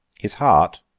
his heart,